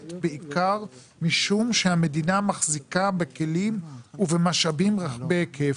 בעיקר משום שהמדינה מחזיקה בכלים ובמשאבים רחבי היקף,